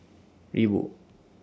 Reebok